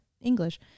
English